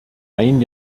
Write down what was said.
ein